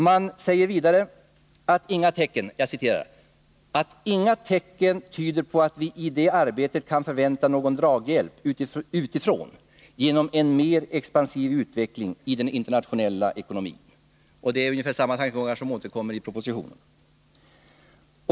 Man säger vidare att inga tecken ”tyder på att vi i det arbetet kan förvänta någon draghjälp utifrån, genom en mer expansiv utveckling i den internationella ekonomin”. Det är ungefär samma tankegångar som återkommer i propositionen.